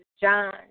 John